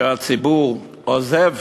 שהציבור עוזב